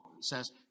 says